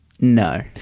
No